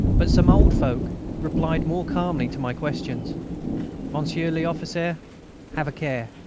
but some old folk replied more calmly to my questions monsieur l'officier, have a care.